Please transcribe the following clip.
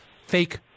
fake